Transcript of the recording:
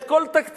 את כל תקציביו,